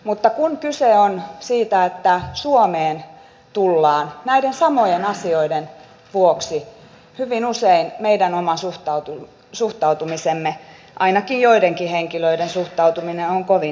mutta kun kyse on siitä että suomeen tullaan näiden samojen asioiden vuoksi hyvin usein meidän oma suhtautumisemme ainakin joidenkin henkilöiden suhtautuminen on kovin negatiivinen